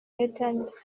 newtimes